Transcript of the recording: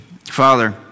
Father